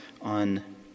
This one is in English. on